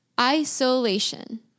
Isolation